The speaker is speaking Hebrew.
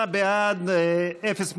28 בעד, אפס מתנגדים,